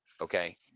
Okay